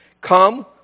Come